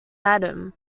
adam